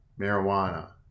marijuana